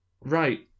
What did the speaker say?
Right